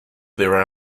their